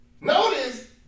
Notice